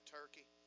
turkey